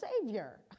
savior